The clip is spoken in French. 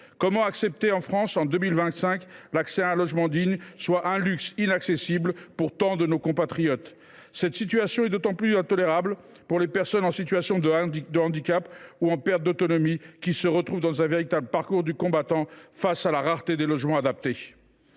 Comment accepter que, en France, en 2025, l’accès à un logement digne soit un luxe inaccessible pour tant de nos compatriotes ? Cette situation est d’autant plus intolérable pour les personnes en situation de handicap ou en perte d’autonomie, qui sont confrontées à un véritable parcours du combattant au vu de la rareté des logements adaptés.